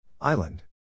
Island